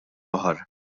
baħar